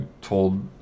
told